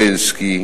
בילסקי,